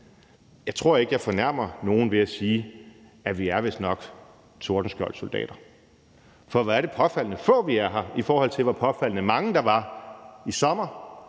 Jeg tror ikke, jeg fornærmer nogen ved at sige, at vi vistnok er Tordenskjolds soldater, for hvor er det påfaldende få, vi er her, i forhold til hvor påfaldende mange der var i sommer,